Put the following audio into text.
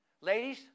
Ladies